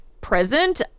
present